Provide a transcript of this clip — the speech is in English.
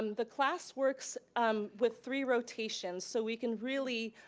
um the class works um with three rotations so we can really,